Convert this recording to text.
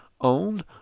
Owned